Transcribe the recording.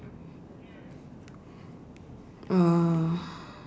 uh